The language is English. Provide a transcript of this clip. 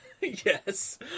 Yes